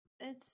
It's-